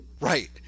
Right